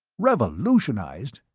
revolutionized?